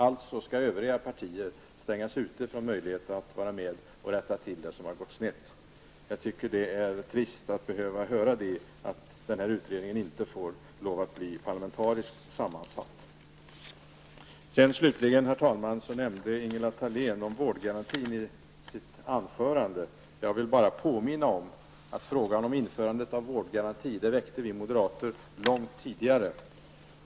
Alltså skall övriga partier stängas ute från möjligheten att vara med och rätt till det som har gått snett. Jag tycker att det är trist att behöva höra att utredningen inte får lov att bli parlamentariskt sammansatt. I sitt anförande nämnde Ingela Thalén vårdgarantin. Jag vill bara påminna om att frågan om införande av vårdgaranti väckte vi moderater långt tidigare.